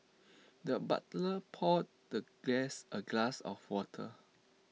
the butler poured the guest A glass of water